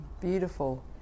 Beautiful